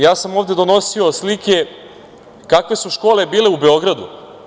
Ja sam ovde donosio slike kakve su škole bile u Beogradu.